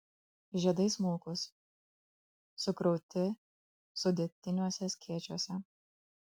žiedai smulkūs sukrauti sudėtiniuose skėčiuose